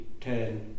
Ten